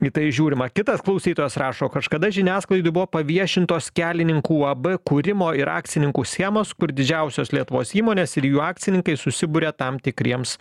į tai žiūrima kitas klausytojas rašo kažkada žiniasklaidoj buvo paviešintos kelininkų uab kūrimo ir akcininkų schemos kur didžiausios lietuvos įmonės ir jų akcininkai susiburia tam tikriems